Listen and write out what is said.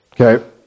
Okay